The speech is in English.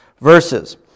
verses